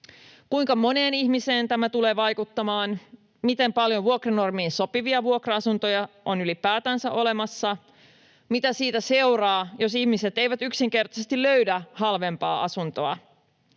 Kuinka moneen ihmiseen tämä tulee vaikuttamaan? Miten paljon vuokranormiin sopivia vuokra-asuntoja on ylipäätänsä olemassa? Mitä siitä seuraa, jos ihmiset eivät yksinkertaisesti löydä halvempaa asuntoa?